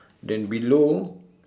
then below